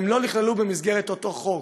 והם לא נכללו במסגרת אותו חוק.